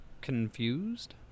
confused